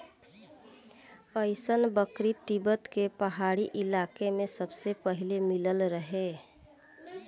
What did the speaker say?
अइसन बकरी तिब्बत के पहाड़ी इलाका में सबसे पहिले मिलल रहे